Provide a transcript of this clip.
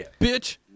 bitch